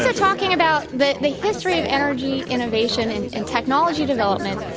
but talking about the the history of energy innovation and and technology development,